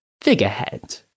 figurehead